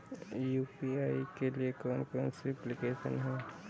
UPI के लिए कौन कौन सी एप्लिकेशन हैं?